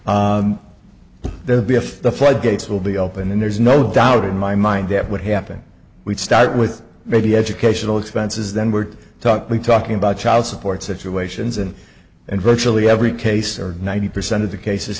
proceeding there will be if the floodgates will be open and there's no doubt in my mind that would happen we'd start with maybe educational expenses then we're talking talking about child support situations and in virtually every case or ninety percent of the cases